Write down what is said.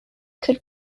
could